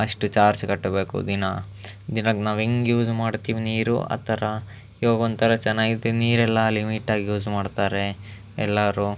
ಅಷ್ಟು ಚಾರ್ಜ್ ಕಟ್ಟಬೇಕು ದಿನ ದಿನ ನಾವು ಹೆಂಗೆ ಯೂಸ್ ಮಾಡ್ತೀವಿ ನೀರು ಆ ಥರ ಈವಾಗ ಒಂಥರ ಚೆನ್ನಾಗಿದೆ ನೀರೆಲ್ಲ ಲಿಮಿಟ್ಟಾಗಿ ಯೂಸ್ ಮಾಡ್ತಾರೆ ಎಲ್ಲರು